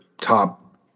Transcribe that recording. top